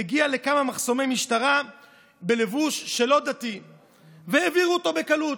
הגיע לכמה מחסומי משטרה בלבוש לא דתי והעבירו אותו בקלות,